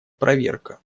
проверка